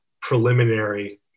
preliminary